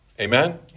Amen